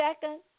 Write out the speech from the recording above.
Second